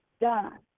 done